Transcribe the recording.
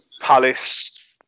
Palace